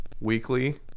weekly